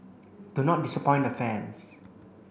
do not disappoint the fans